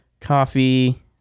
coffee